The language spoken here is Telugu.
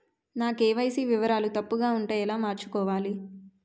నా కే.వై.సీ వివరాలు తప్పుగా ఉంటే ఎలా మార్చుకోవాలి?